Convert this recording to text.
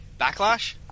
Backlash